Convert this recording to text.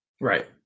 Right